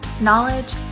knowledge